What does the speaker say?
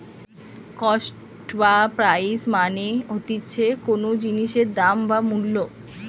cost বা price মানে হতিছে কোনো জিনিসের দাম বা মূল্য